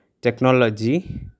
technology